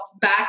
back